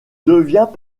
devient